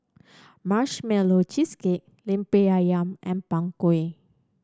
Marshmallow Cheesecake Lemper Ayam and Png Kueh